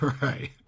right